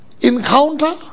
Encounter